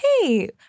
hey